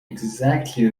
exactly